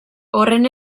horren